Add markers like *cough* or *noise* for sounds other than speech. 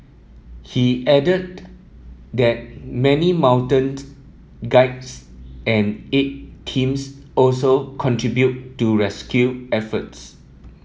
he added that many mountain *unintelligible* guides and aid teams also contributed to rescue efforts